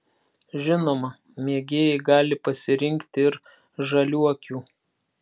žinoma mėgėjai gali pasirinkti ir žaliuokių